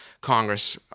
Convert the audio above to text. Congress